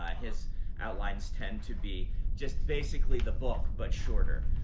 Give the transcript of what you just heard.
ah his outlines tend to be just basically the book, but shorter.